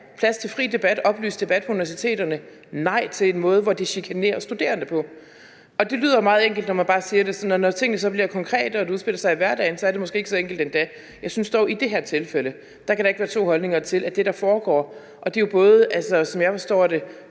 plads til en fri og oplyst debat på universiteterne, men nej til, at det er på en måde, hvor det chikanerer studerende. Det lyder meget enkelt, når man bare siger det, men når tingene så bliver konkrete og de udspiller sig i hverdagen, er det måske ikke så enkelt endda. I det her tilfælde synes jeg dog ikke, der kan være to holdninger til det, der foregår. Det er jo både, som jeg forstår det,